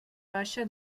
baixa